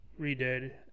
redid